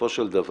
בסופו של דבר